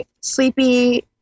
sleepy